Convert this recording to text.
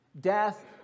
Death